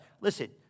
Listen